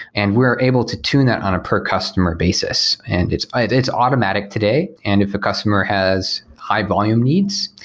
and we're able to tune that on a per customer basis. and it's ah it's automatic today and if a he customer has high-volume needs,